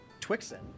Twixen